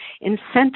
Incentives